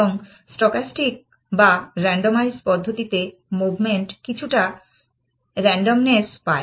এবং স্টকাস্টিক বা রান্ডমাইজড পদ্ধতিতে মুভমেন্ট কিছুটা রান্ডমনেস পায়